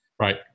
Right